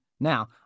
Now